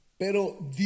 pero